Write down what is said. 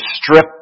strip